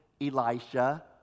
Elisha